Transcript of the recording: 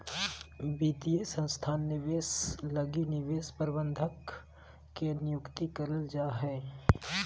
वित्तीय संस्थान निवेश लगी निवेश प्रबंधक के नियुक्ति करल जा हय